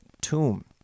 tomb